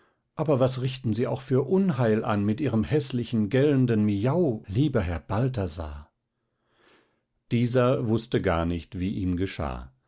aber was richten sie auch für unheil an mit ihrem häßlichen gellenden miau lieber herr balthasar dieser wußte gar nicht wie ihm geschah